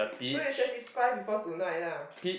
so you satisfy before tonight lah